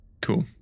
Cool